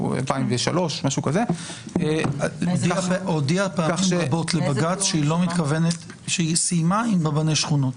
2003. היא הודיעה פעמים רבות לבג"ץ שהיא סיימה עם רבני שכונות.